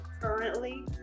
currently